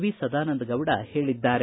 V Sadananda Gowda ಹೇಳದ್ದಾರೆ